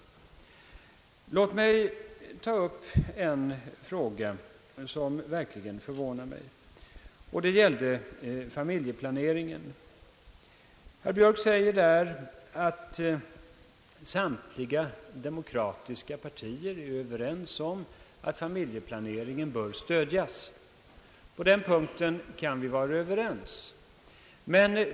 Låt mig ta upp en fråga som verkligen förvånar mig. Det gäller familjeplaneringen. Herr Björk säger att samtliga demokratiska partier är ense om att familjeplaneringen bör stödjas. På den punkten kan vi vara överens.